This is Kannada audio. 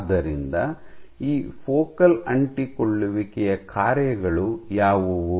ಆದ್ದರಿಂದ ಈ ಫೋಕಲ್ ಅಂಟಿಕೊಳ್ಳುವಿಕೆಯ ಕಾರ್ಯಗಳು ಯಾವುವು